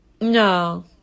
No